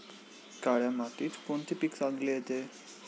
काळ्या मातीत कोणते पीक चांगले येते?